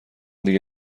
دیگه